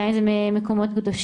גם אם זה מקומות קדושים,